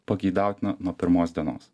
pageidautina nuo pirmos dienos